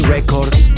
Records